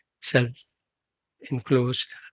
self-enclosed